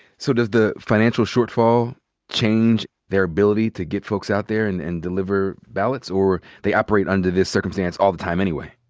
sort of the financial shortfall change their ability to get folks out there and and deliver ballots? or they operate under this circumstance all the time anyway?